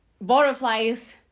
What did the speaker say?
butterflies